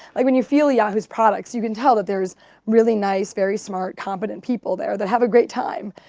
like when you feel yahoo's products you can tell that there's really nice, very smart competent people there that have a great time.